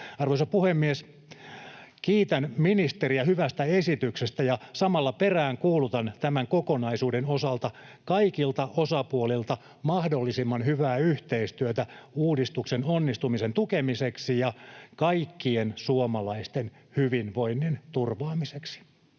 Arvoisa puhemies! Kiitän ministeriä hyvästä esityksestä ja samalla peräänkuulutan tämän kokonaisuuden osalta kaikilta osapuolilta mahdollisimman hyvää yhteistyötä uudistuksen onnistumisen tukemiseksi ja kaikkien suomalaisten hyvinvoinnin turvaamiseksi.